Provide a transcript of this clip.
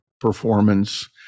performance